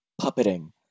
puppeting